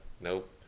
Nope